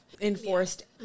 enforced